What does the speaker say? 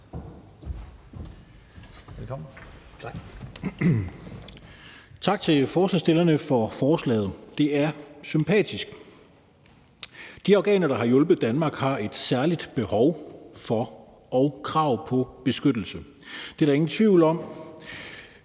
Larsen (LA): Tak til forslagsstillerne for forslaget, det er sympatisk. De afghanere, der har hjulpet Danmark, har et særligt behov for og krav på beskyttelse – det er der ingen tvivl om.